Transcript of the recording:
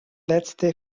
letzte